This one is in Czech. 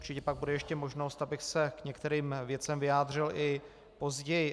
Určitě pak bude ještě možnost, abych se k některým věcem vyjádřil i později.